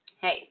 Hey